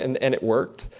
and and it worked.